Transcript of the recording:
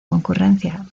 concurrencia